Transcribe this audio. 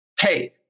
hey